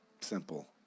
simple